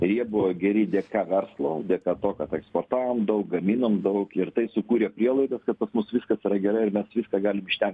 jie buvo geri dėka verslo dėka to kad eksportavom daug gaminom daug ir tai sukūrė prielaidas kad pas mus viskas yra gerai ir mes viską galim ištempt